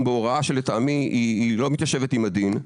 שלטעמי היא לא מתיישבת עם הדין,